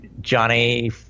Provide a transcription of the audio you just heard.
Johnny –